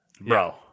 bro